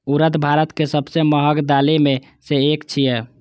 उड़द भारत के सबसं महग दालि मे सं एक छियै